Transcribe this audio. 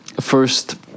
first